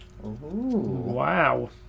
wow